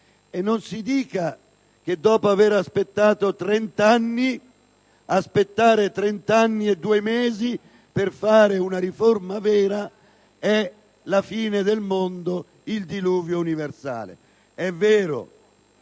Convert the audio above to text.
E non si dica che, dopo aver aspettato 30 anni, aspettare 30 anni e due mesi per fare una riforma vera è la fine del mondo, il diluvio universale! È vero,